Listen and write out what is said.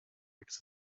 because